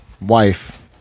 wife